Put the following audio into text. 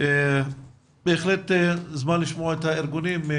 בהחלט הגיע הזמן לשמוע את הארגונים.